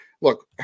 Look